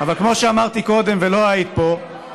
אבל כמו שאמרתי קודם, ולא היית פה,